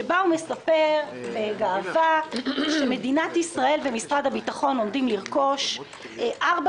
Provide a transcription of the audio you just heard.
שבה הוא מספר בגאווה שמדינת ישראל ומשרד הביטחון עומדים לרכוש ארבע